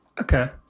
Okay